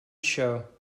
show